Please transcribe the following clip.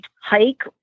hike